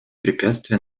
препятствия